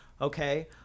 Okay